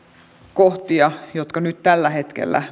kohtia jotka määritelmädirektiivi nyt tällä hetkellä